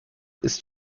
ist